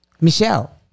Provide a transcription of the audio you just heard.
Michelle